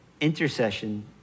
Intercession